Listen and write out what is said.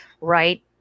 right